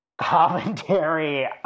commentary